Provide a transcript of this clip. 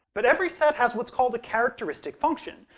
but every set has what's called a characteristic function,